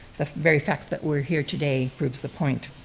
the very fact that we're here today proves the point.